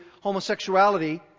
homosexuality